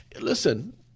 Listen